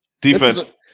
Defense